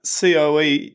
COE